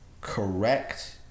correct